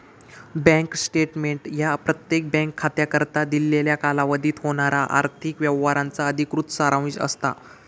bank statement ह्या प्रत्येक bank खात्याकरता दिलेल्या कालावधीत होणारा आर्थिक व्यवहारांचा अधिकृत सारांश असता